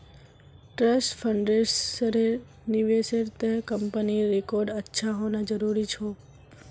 trust फंड्सेर निवेशेर त न कंपनीर रिकॉर्ड अच्छा होना जरूरी छोक